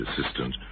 assistant